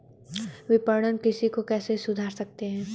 विपणन कृषि को कैसे सुधार सकते हैं?